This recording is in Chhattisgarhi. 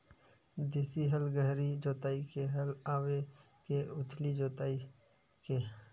देशी हल गहरी जोताई के हल आवे के उथली जोताई के?